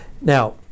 Now